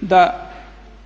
da